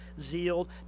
zeal